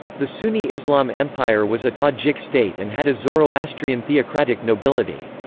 the sunni islam empire was a tajik state and had a zoroastrian theocratic nobility.